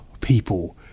people